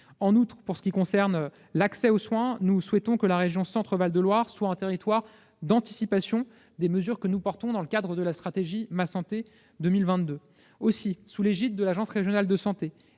En outre, pour ce qui concerne l'accès aux soins, nous souhaitons que la région Centre-Val de Loire soit un territoire d'anticipation des mesures que nous portons dans le cadre de la stratégie Ma Santé 2022. Aussi, sous l'égide de l'ARS et en liaison